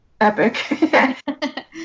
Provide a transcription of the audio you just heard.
epic